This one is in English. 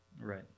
Right